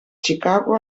chicago